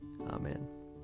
Amen